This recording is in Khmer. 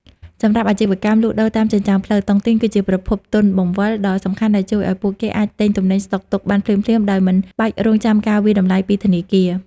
សម្រាប់អាជីវករលក់ដូរតាមចិញ្ចើមផ្លូវ តុងទីនគឺជាប្រភព "ទុនបង្វិល" ដ៏សំខាន់ដែលជួយឱ្យពួកគេអាចទិញទំនិញស្តុកទុកបានភ្លាមៗដោយមិនបាច់រង់ចាំការវាយតម្លៃពីធនាគារ។